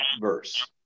verse